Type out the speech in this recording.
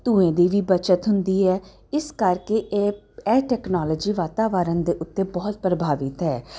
ਧੂੰਏ ਦੀ ਵੀ ਬੱਚਤ ਹੁੰਦੀ ਹੈ ਇਸ ਕਰਕੇ ਇਹ ਐਹ ਟੈਕਨੋਲੋਜੀ ਵਾਤਾਵਰਨ ਦੇ ਉੱਤੇ ਬਹੁਤ ਪ੍ਰਭਾਵਿਤ ਹੈ